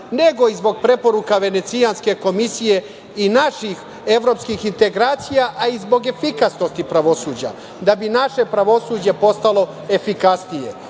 nego i zbog preporuka Venecijanske komisije i naših evropskih integracija, a i zbog efikasnosti pravosuđa, da bi naše pravosuđe postalo efikasnije. Odlično